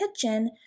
kitchen